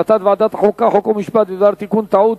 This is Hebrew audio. החלטת ועדת החוקה, חוק ומשפט בדבר תיקון טעות